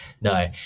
No